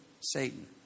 Satan